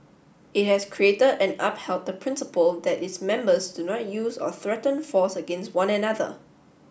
it has created and upheld the principle that its members do not use or threaten force against one another